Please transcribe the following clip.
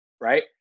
Right